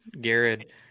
Garrett